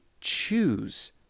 choose